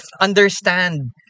understand